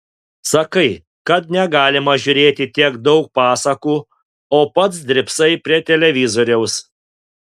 sakai kad negalima žiūrėti tiek daug pasakų o pats drybsai prie televizoriaus